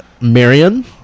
Marion